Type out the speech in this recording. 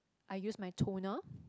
I use my toner